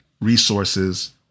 resources